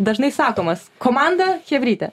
dažnai sakomas komanda chebrytė